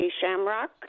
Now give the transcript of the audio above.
shamrock